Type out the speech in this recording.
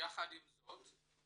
יחד עם זאת,